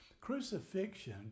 crucifixion